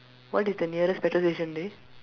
what is the nearest petrol station dey